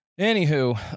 anywho